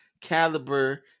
caliber